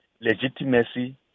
legitimacy